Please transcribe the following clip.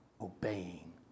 obeying